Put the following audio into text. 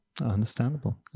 understandable